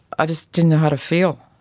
i just didn't know how to feel,